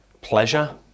pleasure